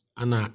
ana